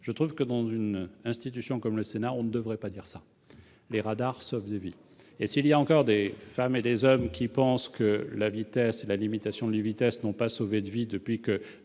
Je trouve que, dans une institution comme le Sénat, on ne devrait pas dire ça : les radars sauvent des vies ! S'il y a encore des femmes et des hommes pour penser que les limitations de vitesse n'ont pas sauvé de vies depuis que